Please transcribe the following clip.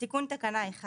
תיקון תקנה 1: